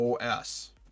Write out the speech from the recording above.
OS